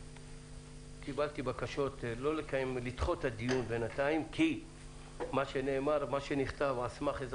קיבלתי בקשות לדחות את הדיון בינתיים כי מה שנכתב על סמך איזו